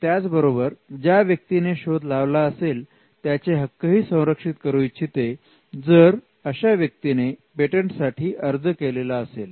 त्याचबरोबर ज्या व्यक्तीने शोध लावला असेल त्याचे हक्कही संरक्षित करू इच्छिते जर अशा व्यक्तीने पेटंट साठी अर्ज केलेला असेल